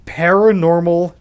paranormal